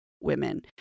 women